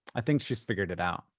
i think she's figured it out.